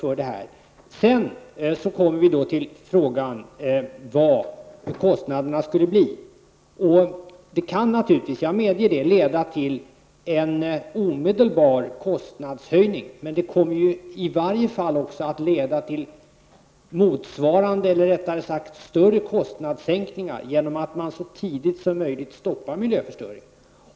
Sedan kommer vi till frågan vad kostnaderna skulle bli. Ett bifall till förslaget kan naturligtvis, jag medger det, leda till en omedelbar kostnadshöjning, men det kommer också att leda till motsvarande eller rättare sagt större kostnadssänkningar, genom att man så tidigt som möjligt stoppar miljöförstöringen.